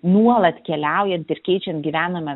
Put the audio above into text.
nuolat keliaujant ir keičiant gyvenamą